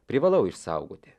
privalau išsaugoti